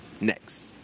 next